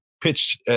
pitch